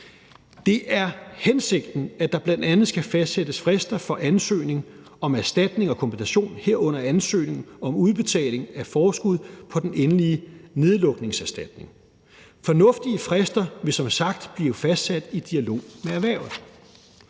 Det er hensigten, at der bl.a. skal fastsættes frister for ansøgning om erstatning og kompensation, herunder ansøgning om udbetaling af forskud på den endelige nedlukningserstatning. Fornuftige frister vil som sagt blive fastsat i dialog med erhvervet.